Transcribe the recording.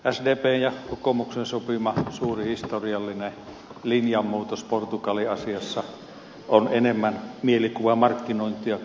sdpn ja kokoomuksen sopima suuri historiallinen linjamuutos portugali asiassa on enemmän mielikuvamarkkinointia kuin suuri linjamuutos